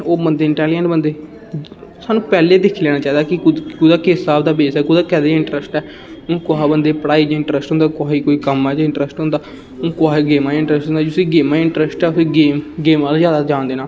ओह् बनदे इंटेलीजेंट बंदे स्हानू पैहले दिक्खी लैना चाहिदी कि कुदा किस स्हाब दा बेस ऐ कुदा कैह्दे च इंटरस्ट ऐ कोहा बंदे गी पढ़ाई च इंटरस्ट हुंदा कोहा गी कोई कम्म च इंटरस्ट हुंदा कोहा गी गेमाां च इंटरस्ट हुंदा जिसी गेमा च इंटरस्ट ऐ उसी गेम गेमा च ज्यादा जान देना